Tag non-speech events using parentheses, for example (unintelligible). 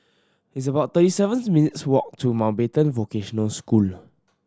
it's about thirty seven (unintelligible) minutes' walk to Mountbatten Vocational School